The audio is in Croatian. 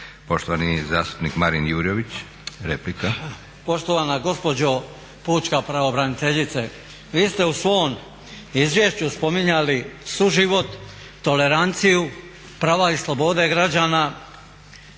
Poštovani zastupnik Marn Jurjević, replika. **Jurjević, Marin (SDP)** Poštovana gospođo pučka pravobraniteljice. Vi ste u svom izvješću spominjali suživot, toleranciju, prava i slobode građana,